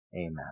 Amen